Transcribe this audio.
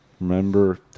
Remember